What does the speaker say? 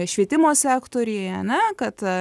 švietimo sektoriuje ane kad